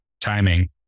timing